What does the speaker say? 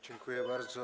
Dziękuję bardzo.